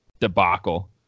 debacle